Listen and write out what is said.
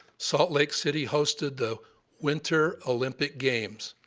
salt lake city hosted the winter olympic games.